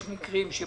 יש מקרים שבהם